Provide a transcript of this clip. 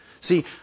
See